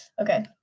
Okay